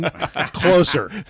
Closer